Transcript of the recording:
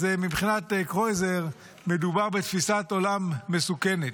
אז מבחינת קרויזר מדובר בתפיסת עולם מסוכנת.